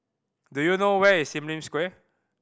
do you know where is Sim Lim Square